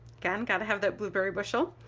again, got to have that blueberry bushel,